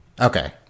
okay